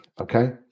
okay